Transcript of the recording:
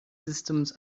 systems